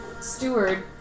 steward